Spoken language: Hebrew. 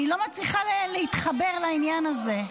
אני לא מצליחה להתחבר לעניין הזה.